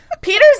Peter's